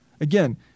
Again